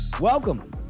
Welcome